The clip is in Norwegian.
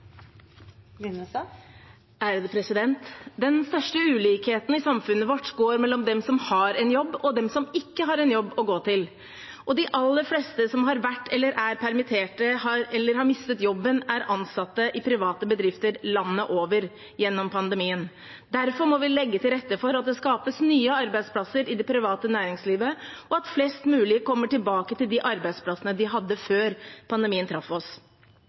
Den største ulikheten i samfunnet vårt går mellom dem som har en jobb, og dem som ikke har en jobb å gå til. De aller fleste som har vært eller er permittert, eller har mistet jobben, er ansatt i private bedrifter landet over gjennom pandemien. Derfor må vi legge til rette for at det skapes nye arbeidsplasser i det private næringslivet, og at flest mulig kommer tilbake til de arbeidsplassene de hadde før pandemien traff oss.